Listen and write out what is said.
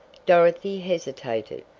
dorothy hesitated.